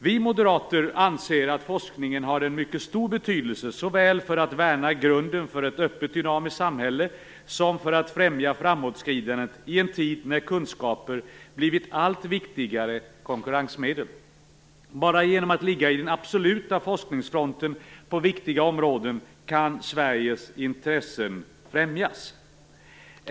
Vi moderater anser att forskningen har en mycket stor betydelse såväl för att värna grunden för ett öppet, dynamiskt samhälle som för att främja framåtskridandet i en tid när kunskaper har blivit ett allt viktigare konkurrensmedel. Bara genom att ligga i den absoluta forskningsfronten på viktiga områden kan Sveriges intressen främjas.